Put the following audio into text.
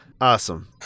Awesome